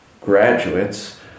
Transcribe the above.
graduates